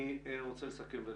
אני רוצה לסכם.